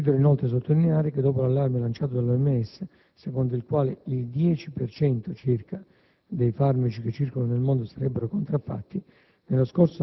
Desidero, inoltre, sottolineare che dopo l'allarme lanciato dall'OMS, secondo il quale il 10 per cento circa dei farmaci che circolano nel mondo sarebbero contraffatti,